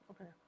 Okay